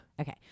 Okay